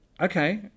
okay